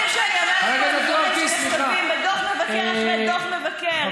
הדברים שאני אומרת פה הם דברים שנחשפים בדוח מבקר אחרי דוח מבקר.